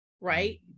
right